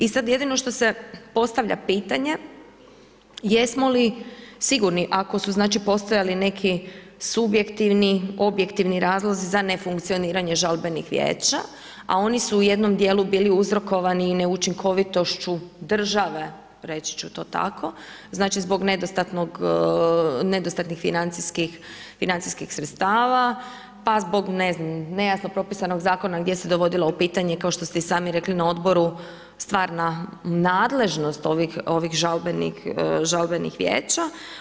I sada jedino što se postavlja pitanje, jesmo li sigurno ako su postojali neki subjektivni, objektivni za nefunkcioniranje žalbenih vijeća, a oni su u jednom dijelu bili uzrokovani neučinkovitošću države reći ću to tako, zbog nedostatnih financijskih sredstava, pa zbog nejasno propisanog zakona gdje se dovodilo u pitanje kao što ste i sami rekli na odboru stvarna nadležnost ovih žalbenih vijeća.